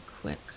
quick